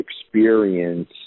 experience